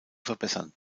verbessern